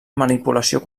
manipulació